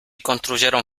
construyeron